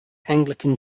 anglican